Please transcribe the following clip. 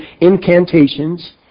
incantations